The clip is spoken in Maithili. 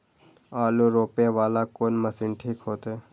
आलू रोपे वाला कोन मशीन ठीक होते?